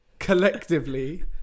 collectively